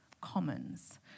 commons